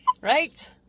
right